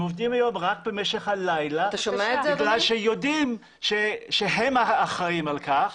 הם עובדים רק במשך הלילה בגלל שיודעים שהם האחראים על כך